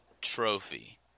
trophy